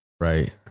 right